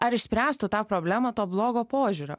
ar išspręstų tą problemą to blogo požiūrio